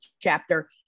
chapter